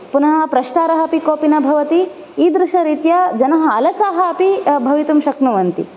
पुनः प्रष्टारः अपि कोपि न भवति ईदृशरीत्या जनः अलसाः अपि भवितुं शक्नुवन्ति